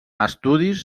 estudis